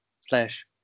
slash